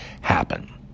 happen